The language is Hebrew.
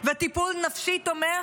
וטיפול נפשי תומך?